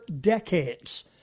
decades